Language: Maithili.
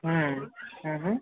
हूँ हूँ हूँ